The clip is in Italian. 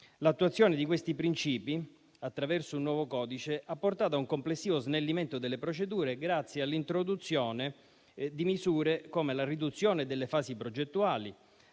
L'attuazione di questi principi attraverso un nuovo codice ha portato a un complessivo snellimento delle procedure grazie all'introduzione di misure come la riduzione delle fasi progettuali,